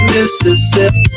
Mississippi